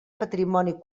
patrimoni